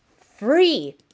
free